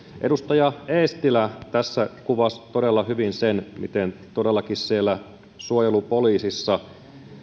edustaja eestilä tässä kuvasi todella hyvin sen miten todellakin siellä suojelupoliisissa